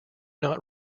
not